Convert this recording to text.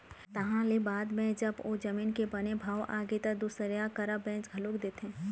तहाँ ले बाद म जब ओ जमीन के बने भाव आगे त दुसरइया करा बेच घलोक देथे